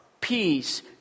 peace